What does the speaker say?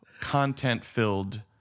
content-filled